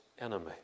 enemy